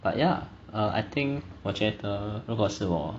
but ya err I think 我觉得如果是我